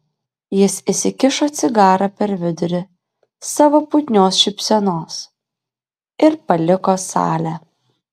jis įsikišo cigarą per vidurį savo putnios šypsenos ir paliko salę